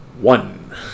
one